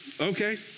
Okay